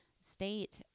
state